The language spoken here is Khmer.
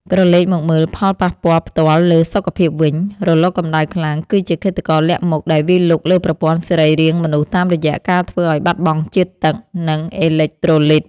ក្រឡេកមកមើលផលប៉ះពាល់ផ្ទាល់លើសុខភាពវិញ រលកកម្ដៅខ្លាំងគឺជាឃាតករលាក់មុខដែលវាយលុកលើប្រព័ន្ធសរីរាង្គមនុស្សតាមរយៈការធ្វើឱ្យបាត់បង់ជាតិទឹក និងអេឡិចត្រូឡីត។